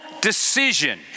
decision